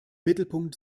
mittelpunkt